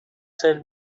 ser